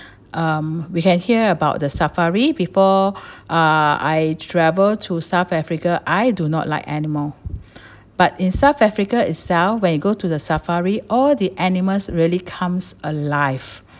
um we can hear about the safari before uh I travel to south africa I do not like animal but in south africa itself when you go to the safari all the animals really comes alive